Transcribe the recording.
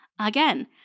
Again